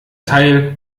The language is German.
teil